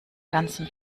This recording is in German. ganzen